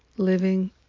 living